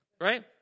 Right